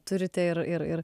turite ir ir ir